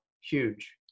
huge